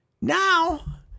Now